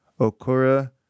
Okura